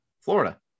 Florida